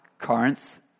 Corinth